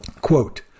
quote